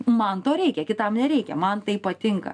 man to reikia kitam nereikia man tai patinka